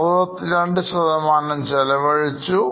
62 ശതമാനം ചെലവഴിച്ചു